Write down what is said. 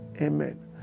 Amen